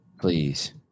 Please